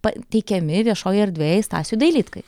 pateikiami viešojoj erdvėj stasiui dailydkai